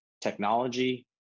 technology